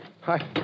Hi